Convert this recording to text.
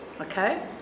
okay